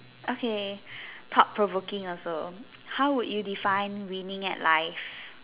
okay thought provoking also how would you define winning at life